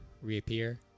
reappear